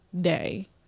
day